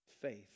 faith